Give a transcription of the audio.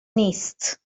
نیست